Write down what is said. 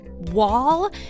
Wall